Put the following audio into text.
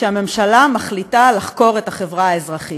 שהממשלה מחליטה לחקור את החברה האזרחית.